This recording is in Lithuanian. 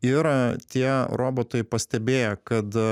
ir tie robotai pastebėję kad